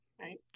right